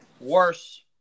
worse